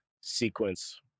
sequence